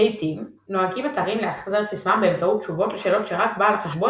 לעיתים נוהגים אתרים לאחזר סיסמה באמצעות תשובות לשאלות שרק בעל החשבון